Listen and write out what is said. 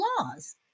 laws